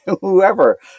Whoever